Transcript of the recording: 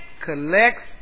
collects